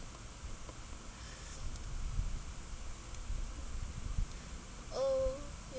oh you